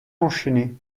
enchaîné